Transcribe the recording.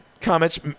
comments